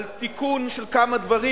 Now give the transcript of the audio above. על תיקון של כמה דברים.